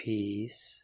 Peace